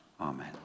Amen